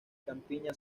campiña